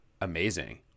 amazing